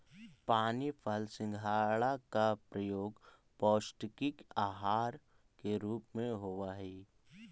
पानी फल सिंघाड़ा का प्रयोग पौष्टिक आहार के रूप में होवअ हई